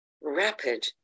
rapid